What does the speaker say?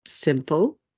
simple